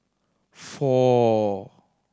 four